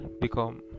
become